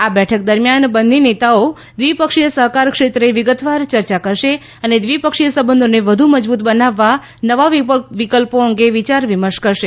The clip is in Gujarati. આ બેઠક દરમિયાન બંને નેતાઓ દ્વિપક્ષીય સહકાર ક્ષેત્રે વિગતવાર યર્યા કરશે અને દ્વિપક્ષીય સંબંધોને વધુ મજબૂત બનાવવા નવા વિકલ્પો અંગે વિયાર વિમર્શ કરશે